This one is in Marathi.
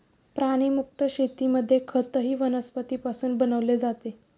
प्राणीमुक्त शेतीमध्ये खतही वनस्पतींपासून बनवले जाते